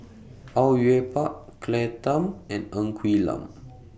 Au Yue Pak Claire Tham and Ng Quee Lam